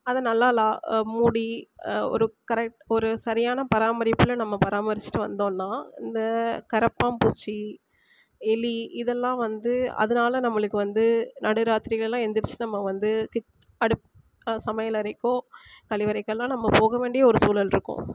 அது நல்லா மூடி ஒரு கரெக்ட் ஒரு சரியான பராமரிப்பில் நம்ம பராமரிச்சுட்டு வந்தோம்னா இந்த கரப்பான்பூச்சி எலி இதெல்லாம் வந்து அதனால நம்மளுக்கு வந்து நடுராத்திரிகள்லாம் எந்திரித்து நம்ம வந்து சமையல் அறைக்கோ கழிவறைக்கெல்லாம் நம்ம போக வேண்டிய ஒரு சூழலிருக்கும்